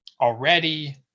already